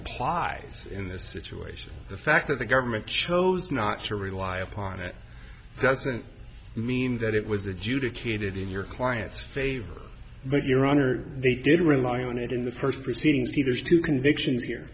apply in this situation the fact that the government chose not to rely upon it doesn't mean that it was adjudicated in your client's favor but your honor they didn't rely on it in the first proceeding skeeters two convictions here